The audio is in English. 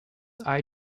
eye